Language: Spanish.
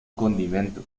condimento